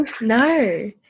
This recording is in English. No